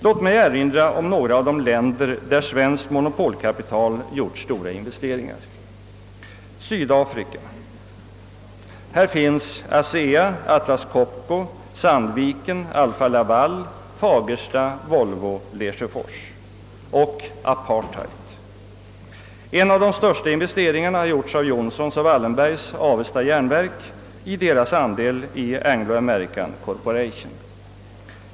Låt mig erinra om några av de de länder där svenskt monopolkapital har gjort stora investeringar. Sydafrika: Här finns ASEA, Atlas Copco, Sandviken, Alfa-Laval, Fagersta, Volvo, Lesjöfors — och apartheid. En av de största investeringarna har gjorts av Johnsons och Wallenbergs Avesta Jernverk i deras andeliAnglo-American Corporation.